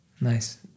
Nice